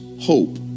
hope